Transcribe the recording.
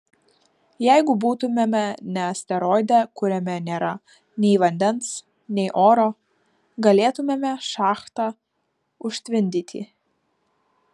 jeigu būtumėme ne asteroide kuriame nėra nei vandens nei oro galėtumėme šachtą užtvindyti